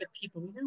people